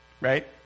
right